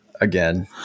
again